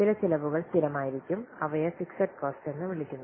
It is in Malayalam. ചില ചിലവുകൾ സ്ഥിരമായിരിക്കും അവയെ ഫിക്സഡ് കോസ്റ്റ് എന്ന് വിളിക്കുന്നു